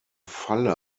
falle